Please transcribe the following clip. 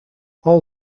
all